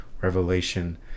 Revelation